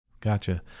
Gotcha